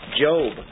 Job